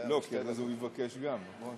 לא, כי אחרי זה הוא יבקש גם, נכון?